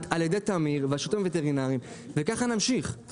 על ידי תמיר והשירותים הווטרינריים וככה נמשיך,